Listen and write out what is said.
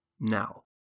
Now